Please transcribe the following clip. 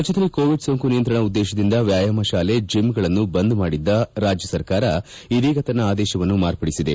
ರಾಜ್ಯದಲ್ಲಿ ಕೋವಿಡ್ ಸೋಂಕು ನಿಯಂತ್ರಣ ಉದ್ದೇಶದಿಂದ ವ್ವಾಯಾಮ ಶಾಲೆ ಜಿಮ್ ಗಳನ್ನು ಬಂದ್ ಮಾಡಿದ್ದ ರಾಜ್ಯ ಸರ್ಕಾರ ಇದೀಗ ತನ್ನ ಆದೇಶವನ್ನು ಮಾರ್ಪಡಿಸಿದೆ